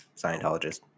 Scientologist